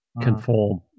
conform